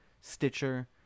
Stitcher